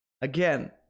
again